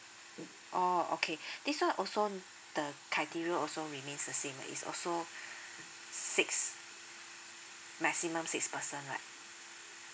oh okay this one also the criteria also remains the same ah it's also six maximum six person right